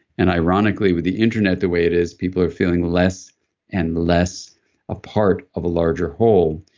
and ironically with the internet the way it is, people are feeling less and less a part of a larger whole.